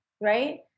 right